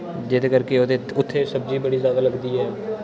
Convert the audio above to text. जेह्दे करके उत्थे सब्जी बड़ी जादे लगदी ऐ